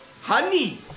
Honey